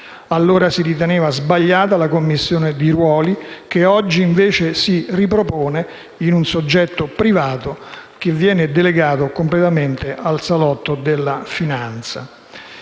Allora si riteneva sbagliata la commistione di ruoli che oggi, invece, si ripropone in un soggetto privato che viene delegato completamente al salotto della finanza.